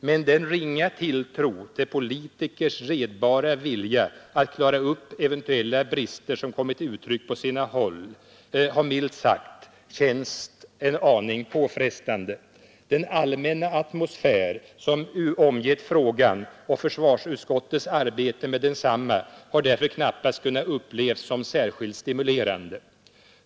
Men den ringa tilltro, som kommit till uttryck på sina håll, till politikers redbara vilja att klara upp eventuella brister, har milt sagt känts en aning påfrestande. Den allmänna atmosfär som omgett frågan och försvarsutskottets arbete med densamma har därför knappast kunnat upplevas som särskilt stimulerande.